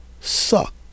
suck